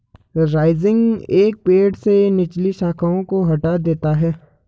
rising एक पेड़ से निचली शाखाओं को हटा देता है